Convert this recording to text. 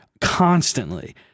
constantly